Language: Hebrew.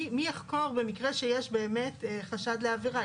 מי יחקור במקרה שיש באמת חשד לעבירה?